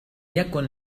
يكن